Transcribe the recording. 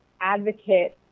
advocate